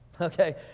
okay